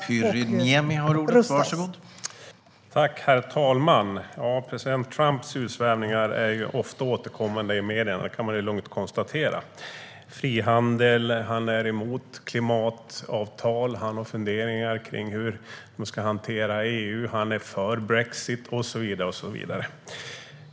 Herr talman! President Trumps utsvävningar är ofta återkommande i medierna, kan man lugnt konstatera. Han är emot frihandel och klimatavtal, han har funderingar kring hur man ska hantera EU, han är för brexit och så vidare.